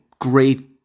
great